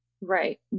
Right